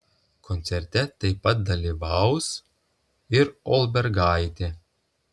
koncerte taip pat dalyvaus ir olbergaitė